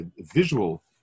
visual